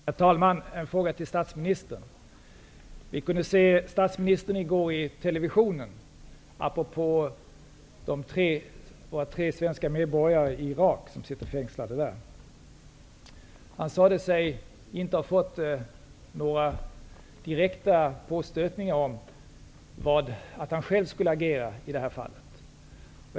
Herr talman! En fråga till statsministern: Vi kunde i går se statsministern i televisionen apropå de tre svenska medborgare som sitter fängslade i Irak. Han sade sig inte ha fått några direkta påstötningar om att han själv skulle agera i det fallet.